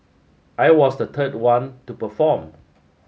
I was the third one to perform